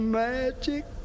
magic